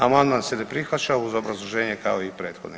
Amandman se ne prihvaća uz obrazloženje kao i prethodni.